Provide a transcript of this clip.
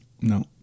No